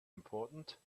important